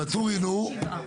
ואטורי, נו.